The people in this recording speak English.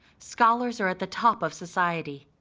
scholars are at the top of society,